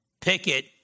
picket